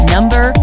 Number